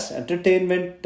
entertainment